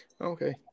Okay